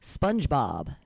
SpongeBob